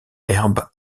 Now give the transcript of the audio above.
herbe